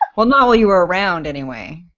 well not while you were around anyway.